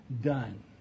done